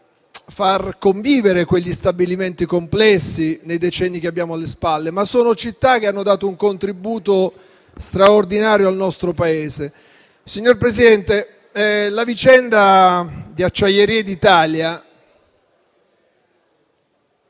far convivere stabilimenti complessi nei decenni che abbiamo alle spalle. Sono città che hanno dato un contributo straordinario al nostro Paese. Signor Presidente, la vicenda di Acciaierie d'Italia...